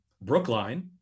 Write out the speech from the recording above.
Brookline